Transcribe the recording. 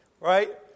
Right